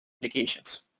applications